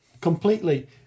Completely